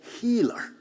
healer